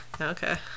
Okay